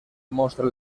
mostra